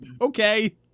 okay